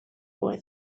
boy